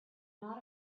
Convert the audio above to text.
not